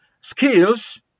skills